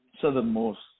southernmost